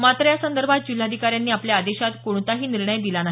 मात्र यासंदर्भात जिल्हाधिकाऱ्यांनी आपल्या आदेशात कोणताही निर्णय दिलेला नाही